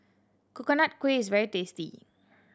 Coconut Kuih is very tasty